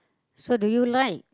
so do you like